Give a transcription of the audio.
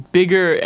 bigger